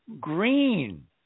green